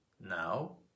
now